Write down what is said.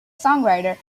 songwriter